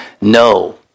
no